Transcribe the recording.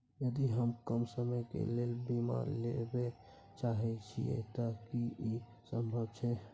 यदि हम कम समय के लेल बीमा लेबे चाहे छिये त की इ संभव छै?